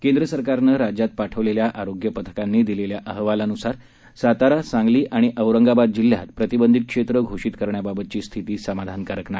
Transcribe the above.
केंद्र सरकारनं राज्यात पाठवलेल्या आरोग्य पथकांनी दिलेल्या अहवालानुसार सातारा सांगली आणि औरंगाबाद जिल्ह्यात प्रतिबंधित क्षेत्र घोषित करण्याबाबतची स्थिती समाधानकारक नाही